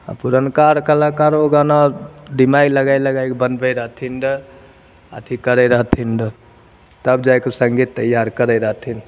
आ पुरनका आर कलाकारो गाना दिमागि लगाइ लगाइ कऽ बनबै रहथिन रऽ अथी करै रहथिन रऽ तब जाके संगीत तैयार करै रहथिन